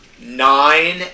nine